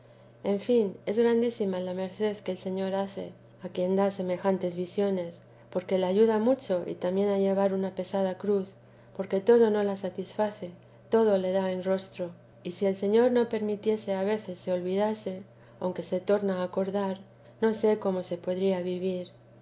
en fin es grandísima merced que el señor hace a quien da semejantes visiones porque la ayuda mucho y también a llevar una pesada cruz porque todo no le satisface todo le da en rostro y si el señor no permitiese a veces se olvidase aunque se torna a acordar no sé cómo se podría vivir